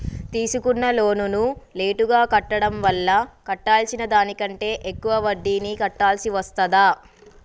తీసుకున్న లోనును లేటుగా కట్టడం వల్ల కట్టాల్సిన దానికంటే ఎక్కువ వడ్డీని కట్టాల్సి వస్తదా?